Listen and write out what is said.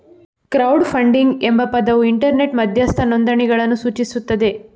crowd funding ಎಂಬ ಪದವು internet ಮಧ್ಯಸ್ಥ ನೋಂದಣಿಗಳನ್ನು ಸೂಚಿಸುತ್ತದೆ